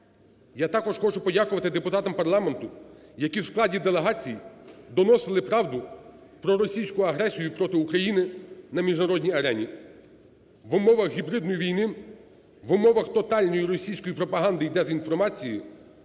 Я також хочу подякувати депутатам парламенту, які в складі делегацій доносили правду про російську агресію проти України на міжнародній арені. В умовах гібридної війни, в умовах тотальної російської пропаганди і дезінформації,